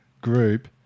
group